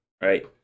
right